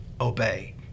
obey